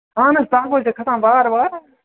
اَہَن حظ تپھ ہَے چھُ کھسان بار بار